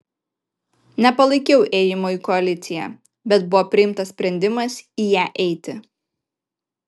nepalaikiau ėjimo į koaliciją bet buvo priimtas sprendimas į ją eiti